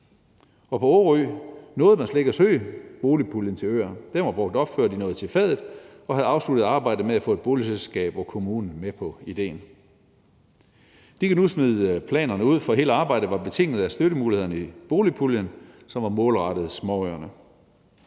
På Orø nåede man slet ikke at søge boligpuljen til øer; den var brugt op, før de nåede til fadet og havde afsluttet arbejdet med at få et boligselskab og kommunen med på idéen. De kan nu smide planerne ud, for hele arbejdet var betinget af støttemulighederne i boligpuljen, som var målrettet småøerne.